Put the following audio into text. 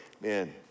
man